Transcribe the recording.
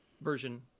version